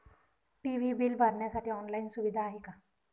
TV bill भरण्यासाठी online सुविधा आहे का?